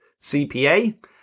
cpa